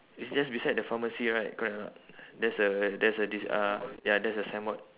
it's just beside the pharmacy right correct or not there's a there's a dis~ uh ya there's a signboard